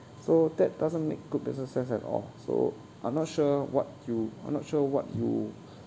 so that doesn't make good business sense at all so I'm not sure what you I'm not sure what you